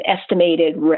estimated